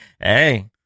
Hey